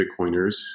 Bitcoiners